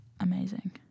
amazing